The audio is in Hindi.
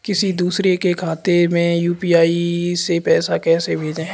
किसी दूसरे के खाते में यू.पी.आई से पैसा कैसे भेजें?